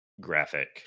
graphic